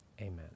Amen